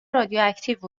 رادیواکتیو